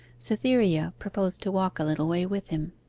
cytherea proposed to walk a little way with him.